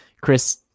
Chris